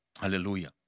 Hallelujah